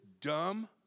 dumb